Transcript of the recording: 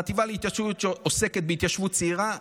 החטיבה להתיישבות שעוסקת בהתיישבות צעירה,